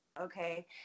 okay